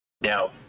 Now